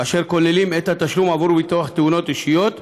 אשר כוללים את התשלום עבור ביטוח תאונות אישיות,